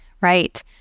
Right